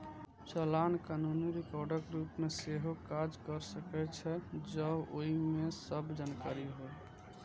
चालान कानूनी रिकॉर्डक रूप मे सेहो काज कैर सकै छै, जौं ओइ मे सब जानकारी होय